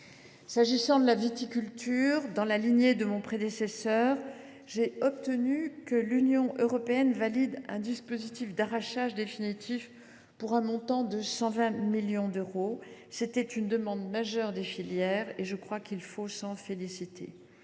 S’agissant de la viticulture, dans la lignée de mon prédécesseur, j’ai obtenu que l’Union européenne valide un dispositif d’arrachage définitif pour un montant de 120 millions d’euros. C’était une demande majeure des filières et je crois qu’il faut s’en féliciter.